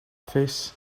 face